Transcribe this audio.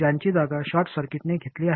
त्यांची जागा शॉर्ट सर्किट्सने घेतली आहे